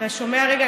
אתה שומע רגע?